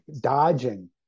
dodging